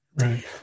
right